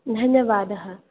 धन्यवादः